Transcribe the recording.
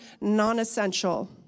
non-essential